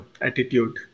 attitude